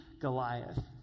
Goliath